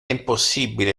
impossibile